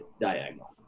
diagonal